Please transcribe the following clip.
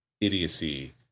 idiocy